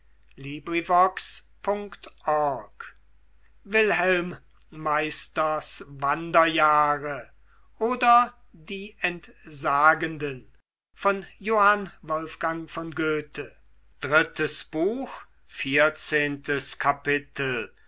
wilhelm meisters wanderjahre oder die entsagenden